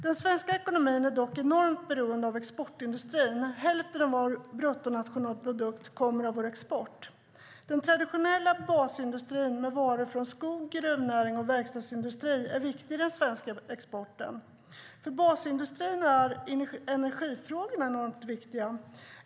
Den svenska ekonomin är dock enormt beroende av exportindustrin. Hälften av vår bruttonationalprodukt kommer från vår export. Den traditionella basindustrin med varor från skog, gruvnäring och verkstadsindustri är viktig för den svenska exporten. För basindustrin är energifrågorna enormt viktiga.